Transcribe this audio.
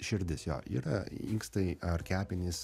širdis jo yra inkstai ar kepenys